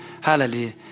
Hallelujah